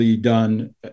done